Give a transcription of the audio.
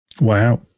Wow